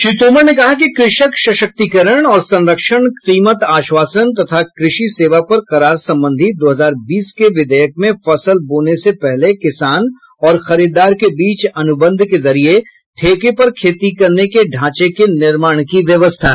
श्री तोमर ने कहा कि क्रषक सशक्तीकरण और संरक्षण कीमत आश्वासन तथा कृषि सेवा पर करार संबंधी दो हजार बीस के विधेयक में फसल बोने से पहले किसान और खरीदार के बीच अनुबंध के जरिए ठेके पर खेती करने के ढांचे के निर्माण की व्यवस्था है